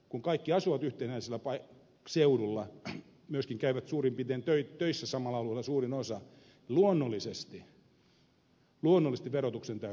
kun kaikki asuvat yhtenäisellä alueella myöskin käyvät töissä suurin piirtein samalla alueella suurin osa niin luonnollisesti verotuksen täytyy olla sama